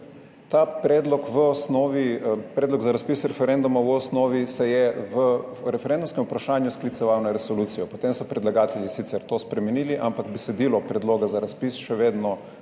Ta predlog za razpis referenduma se je v osnovi referendumskem vprašanju skliceval na resolucijo, potem so predlagatelji sicer to spremenili, ampak besedilo predloga za razpis še vedno